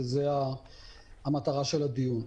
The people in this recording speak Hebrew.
וזה המטרה של הדיון.